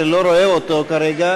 שאני לא רואה אותו כרגע,